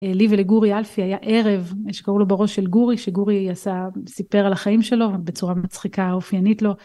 לי ולגורי אלפי היה ערב שקראו לו בראש של גורי, שגורי סיפר על החיים שלו בצורה מצחיקה אופיינית לו.